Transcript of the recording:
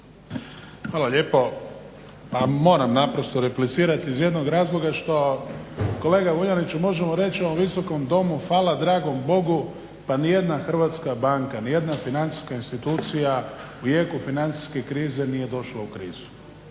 Hvala lijepa. Moram naprosto replicirati iz jednog razloga što kolega Vuljaniću možemo reći u ovom Visokom domu hvala dragom Bogu pa nijedna hrvatska banka, nijedna financijska institucija u jeku financijske krize nije došla u krizu